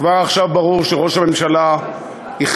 כבר עכשיו ברור שראש הממשלה החליט,